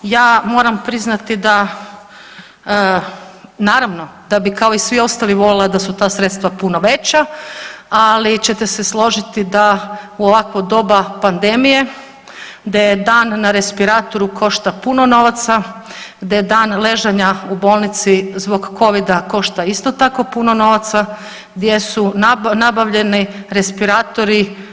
Ja moram priznati da naravno da bi kao i svi ostali voljela da su ta sredstva puno veća, ali ćete se složiti da u ovakvo doba pandemije da jedan na respiratoru košta puno novaca, da jedan ležanja u bolnice zbog Covida košta isto tako puno novaca gdje su nabavljeni respiratori.